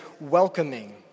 welcoming